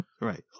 Right